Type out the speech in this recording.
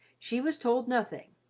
she was told nothing,